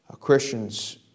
Christians